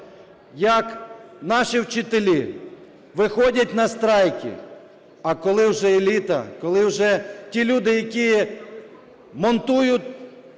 як наші вчителі виходять на страйки. А коли вже еліта, коли вже ті люди, які монтують